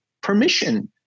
permission